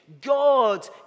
God